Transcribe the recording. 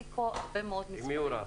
הציג פה -- עם מי הוא רב?